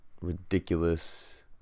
ridiculous